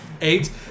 Eight